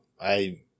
I-